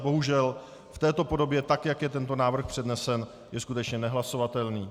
Bohužel v této podobě, tak jak je tento návrh přednesen, je skutečně nehlasovatelný.